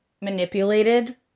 manipulated